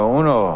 uno